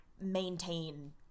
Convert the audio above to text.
maintain